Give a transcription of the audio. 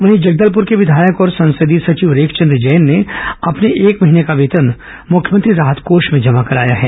वहीं जगदलपुर के विधायक और संसदीय सचिव रेखचंद जैन ने अपने एक महीने का वेतन मुख्यमंत्री राहत कोष में जमा कराया है